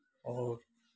आओर